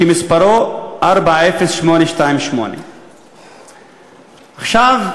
ומספרו 40828. עכשיו,